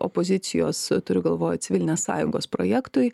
opozicijos turiu galvoj civilinės sąjungos projektui